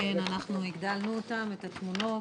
אנחנו הגדלנו את התמונות.